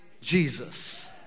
Jesus